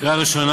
קריאה ראשונה.